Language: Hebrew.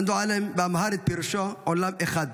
אנדועלם פירושו באמהרית "עולם אחד",